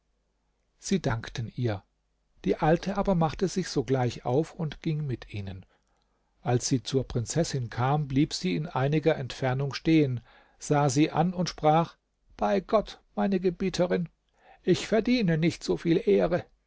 sie dankten ihr die alte aber machte sich sogleich auf und ging mit ihnen als sie zur prinzessin kam blieb sie in einiger entfernung stehen sah sie an und sprach bei gott meine gebieterin ich verdiene nicht so viel ehre